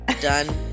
Done